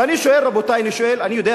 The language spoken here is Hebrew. ואני שואל, רבותי, אני שואל, אני יודע